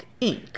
Inc